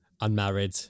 Unmarried